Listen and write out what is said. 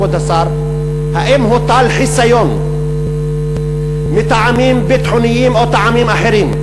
כבוד השר: האם הוטל חיסיון מטעמים ביטחוניים או מטעמים אחרים,